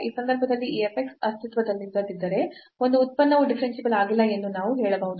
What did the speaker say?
ಈ ಸಂದರ್ಭದಲ್ಲಿ ಈ f x ಅಸ್ತಿತ್ವದಲ್ಲಿಲ್ಲದಿದ್ದರೆ ಒಂದು ಉತ್ಪನ್ನವು ಡಿಫರೆನ್ಸಿಬಲ್ ಆಗಿಲ್ಲ ಎಂದು ನಾವು ಹೇಳಬಹುದು